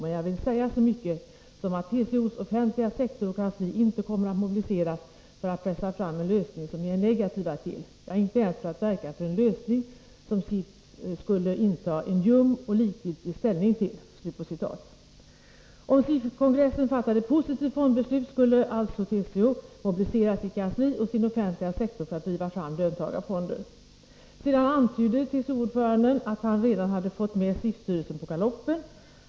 Men jag vill säga så mycket som att TCO:s offentliga sektor och kansli inte kommer att mobiliseras för att pressa fram en lösning som ni är negativa till. Ja, inte ens för att verka för en lösning som SIF skulle inta en ljum och likgiltig ställning till.” Om SIF-kongressen fattade ett positivt fondbeslut, skulle alltså TCO mobilisera sitt kansli och sin offentliga sektor för att driva fram löntagarfonder. Sedan antydde TCO-ordföranden att han redan hade fått med SIF-styrelsen på galoppen.